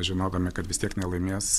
žinodami kad vis tiek nelaimės